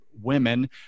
women